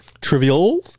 Trivial